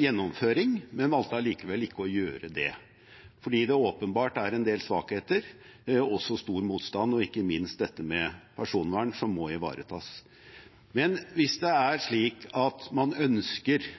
gjennomføring. Allikevel valgte de ikke å gjøre det, fordi det åpenbart er en del svakheter, men også stor motstand og ikke minst dette med personvern, som må ivaretas. Men hvis det er slik at man ønsker